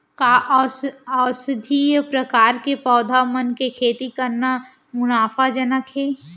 का औषधीय प्रकार के पौधा मन के खेती करना मुनाफाजनक हे?